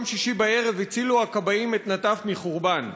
שישי בערב הצילו הכבאים את נטף מחורבן.